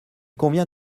convient